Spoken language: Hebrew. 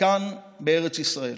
כאן בארץ ישראל.